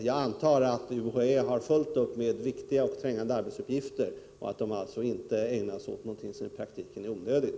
Jag antar att UHÄ har fullt upp med viktiga och trängande arbetsuppgifter och att man alltså inte ägnar sig åt någonting som i praktiken är onödigt.